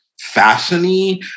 fashion-y